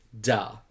Duh